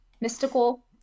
mystical